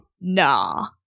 Nah